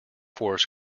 forest